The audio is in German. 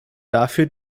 dafür